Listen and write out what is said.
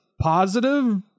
positive